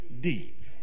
deep